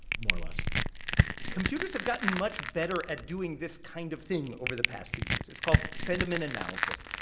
more or less computers have gotten much better at doing this kind of thing over the past few years. it's called sentiment analysis.